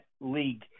league